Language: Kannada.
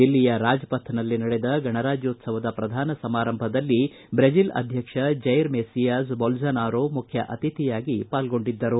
ದಿಲ್ಲಿಯ ರಾಜ್ಪಥ್ನಲ್ಲಿ ನಡೆದಗಣರಾಜ್ಯೋತ್ಸವದ ಪ್ರಧಾನ ಸಮಾರಂಭದಲ್ಲಿ ಚ್ರೆಜಲ್ ಅಧ್ಯಕ್ಷ ಚೈರ್ ಮೆಸ್ಸಿಯಾಸ್ ಬೊಲ್ಲೊನಾರೊ ಮುಖ್ಯ ಅತಿಥಿಯಾಗಿ ಪಾಲ್ಗೊಂಡಿದ್ದರು